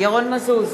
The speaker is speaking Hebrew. ירון מזוז,